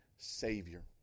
savior